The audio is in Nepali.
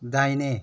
दाहिने